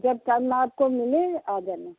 जब टाइम आपको मिले आ जाना